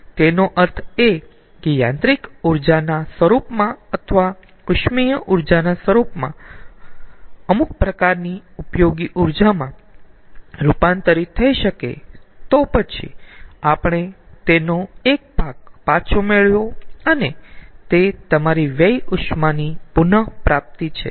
તેનો અર્થ એ છે કે યાંત્રિક ઊર્જાના સ્વરૂપમાં અથવા ઉષ્મીય ઊર્જાના સ્વરૂપમાં અમુક પ્રકારની ઉપયોગી ઊર્જામાં રૂપાંતરિત થઈ શકે તો પછી આપણે તેનો એક ભાગ પાછો મેળવ્યો અને તે તમારી વ્યય ઉષ્માની પુનપ્રાપ્તિ છે